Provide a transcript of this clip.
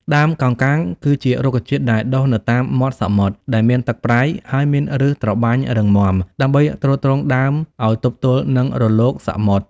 ដើមកោងកាង គឺជារុក្ខជាតិដែលដុះនៅតាមមាត់សមុទ្រដែលមានទឹកប្រៃ ហើយមានឫសត្របាញ់រឹងមាំ ដើម្បីទ្រទ្រង់ដើមឲ្យទប់ទល់នឹងរលកសមុទ្រ។